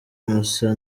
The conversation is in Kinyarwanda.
musa